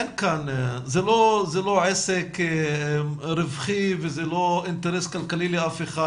זה לא עסק רווחי וזה לא אינטרס כלכלי לאף אחד,